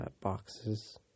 boxes